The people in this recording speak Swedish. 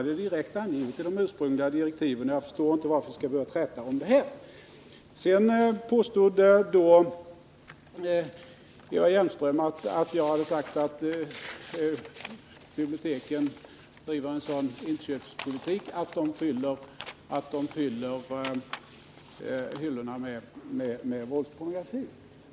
Det är direkt angivet i de ursprungliga direktiven, och jag förstår inte varför vi skulle behöva träta om det nu. Vidare påstår Eva Hjelmström att jag hade sagt att biblioteken driver en sådan inköpspolitik att de fyller hyllorna med våldspornografi.